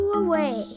away